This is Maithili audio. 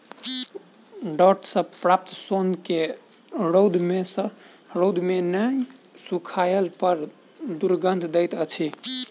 डांट सॅ प्राप्त सोन के रौद मे नै सुखयला पर दुरगंध दैत अछि